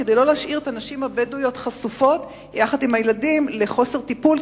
כדי לא להשאיר את הנשים הבדואיות חשופות יחד עם הילדים לחוסר טיפול,